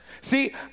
see